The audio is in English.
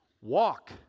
walk